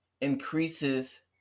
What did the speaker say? increases